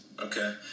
Okay